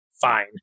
fine